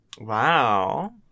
Wow